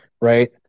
right